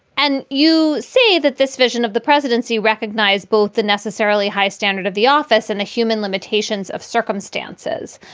and you see that this vision of the presidency recognized both the necessarily high standard of the office and the human limitations of circumstances.